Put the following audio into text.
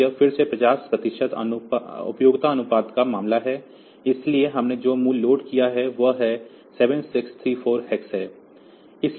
तो यह फिर से 50 प्रतिशत उपयोगिता अनुपात का मामला है लेकिन हमने जो मूल्य लोड किया है वह 7634 hex है